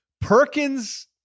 Perkins